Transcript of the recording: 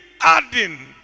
adding